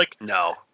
No